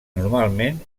normalment